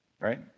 right